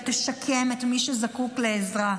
תשקם את מי שזקוק לעזרה.